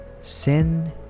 sin